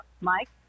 Mike